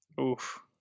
Oof